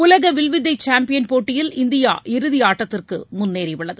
உலகவில்வித்தைசாம்பியன் போட்டியில் இந்தியா இறுதிஆட்டத்திற்குமுன்னேறிஉள்ளது